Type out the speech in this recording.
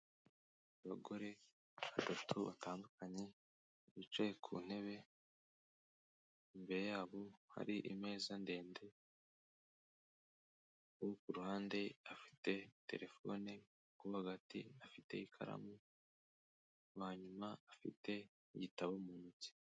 Abagore batatu batandukanye bicaye ku ntebe, imbere yabo hari imeza ndende, uwo ku ruhande afite telefone, uwo hagati afite ikaramu, uwanyuma afite igitabo mu ntoki.